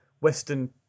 Western